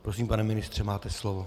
Prosím, pane ministře, máte slovo.